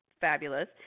fabulous